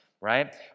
right